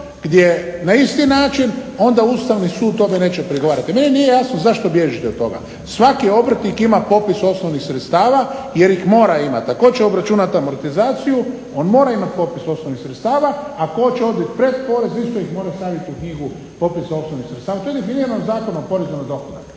gdje na isti način onda Ustavni sud tome neće prigovarati. Meni nije jasno zašto bježite od toga. Svaki obrtnik ima popis osnovnih sredstava jer ih mora imat. A tko će obračunat amortizaciju? On mora imati popis osnovnih sredstava. A ako hoće odbit pretporez isto ih mora stavit u knjigu popisa osnovnih sredstava. To je definirano Zakonom o porezu na dohodak.